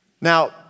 Now